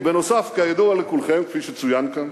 ונוסף על כך, כידוע לכולכם, כפי שצוין כאן,